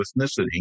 ethnicity